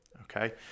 Okay